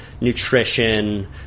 nutrition